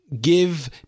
give